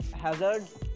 Hazard's